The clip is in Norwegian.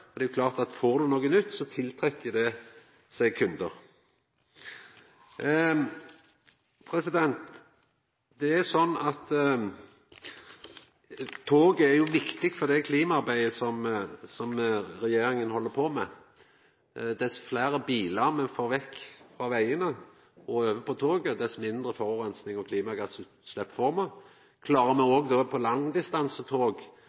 til Jærbanen. Det klart at viss ein får noko nytt, trekk det til seg kundar. Toget er viktig for klimaarbeidet som regjeringa held på med. Jo fleire bilar me får vekk frå vegane og meir bruk av toget, dess mindre forureining og klimagassutslepp får me. Klarar me òg å få fleire til å ta tog